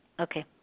Okay